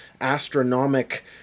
astronomic